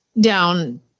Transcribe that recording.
down